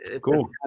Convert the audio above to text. Cool